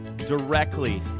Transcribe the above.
directly